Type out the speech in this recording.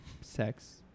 Sex